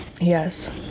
Yes